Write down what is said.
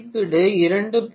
மதிப்பீடு 2